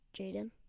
Jaden